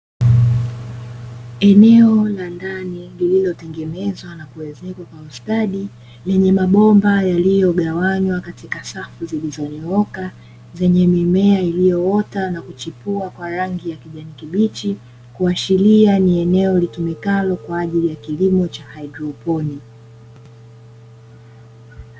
Eneo la ndani lililotengenezwa na kuezekwa kwa ustadi, lenye mabomba yaliyogawanywa katika safu zilizonyooka, zenye mimea iliyoota na kuchipua kwa rangi ya kijani kibichi, kuashiria ni eneo litumikalo kwa ajili ya kilimo cha haidroponi.